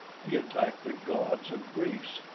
he attacked the gods of greece,